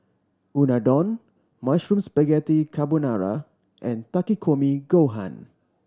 Unadon Mushroom Spaghetti Carbonara and Takikomi Gohan